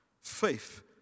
faith